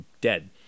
dead